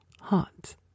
hot